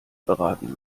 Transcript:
beraten